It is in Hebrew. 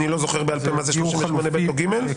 אני לא זוכר בעל-פה מה זה 38(ב) או (ג) -- זה